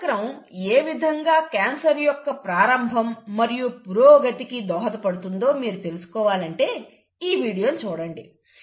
కణచక్రం ఏ విధంగా క్యాన్సర్ యొక్క ప్రారంభం మరియు పురోగతికి దోహదపడుతుందో మీరు తెలుసుకోవాలంటే ఈ వీడియోని చూడండి